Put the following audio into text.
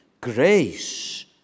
Grace